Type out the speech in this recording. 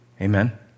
Amen